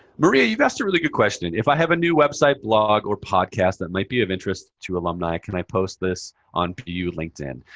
maria, you've asked a really good question. if i have a new website, blog, or podcast that might be of interest to alumni, can i post this on bu linkedin?